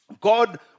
God